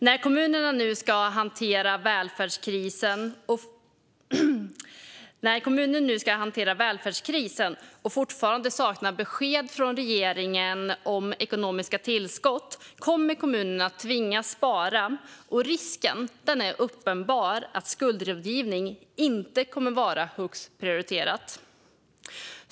När kommunerna nu ska hantera välfärdskrisen och fortfarande saknar besked från regeringen om ekonomiska tillskott kommer kommunerna att tvingas spara, och risken är uppenbar att skuldrådgivningen inte kommer att vara högst prioriterad.